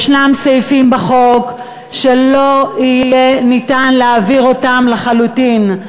יש סעיפים בחוק שלא יהיה אפשר להעביר אותם לחלוטין.